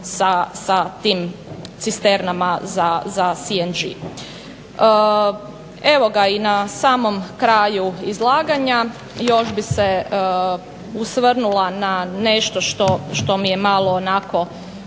sa tim cisternama za CNG. Evo ga i na samom kraju izlaganja još bih se osvrnula na nešto što mi je malo onako